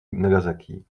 nagasaki